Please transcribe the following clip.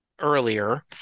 Earlier